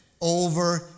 over